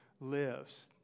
lives